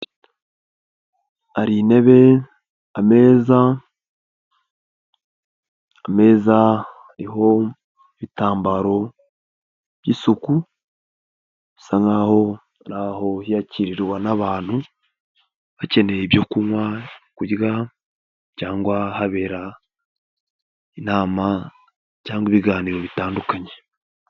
Hari intebe, ameza, ameza ariho ibitambaro by'isuku, bisa nk'aho hakirirwa n'abantu bakeneye ibyo kunywa, kurya cyangwa habera inama cyangwa ibiganiro bitandukanye.